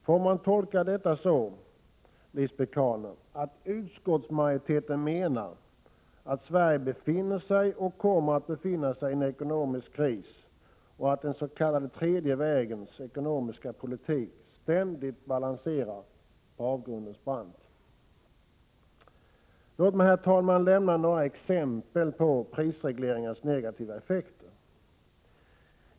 Får man tolka detta så, Lisbet Calner, att utskottsmajoriteten menar att Sverige befinner sig i och kommer att befinna sig i en ekonomisk kris och att den s.k. tredje vägens ekonomiska politik ständigt balanserar på avgrundens brant? Låt mig, herr talman, lämna några exempel på prisregleringars negativa effekter.